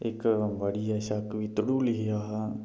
इक बड़ी अच्छा कवितडू लिखेआ हा